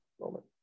moment